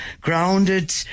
Grounded